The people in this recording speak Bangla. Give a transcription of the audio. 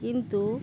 কিন্তু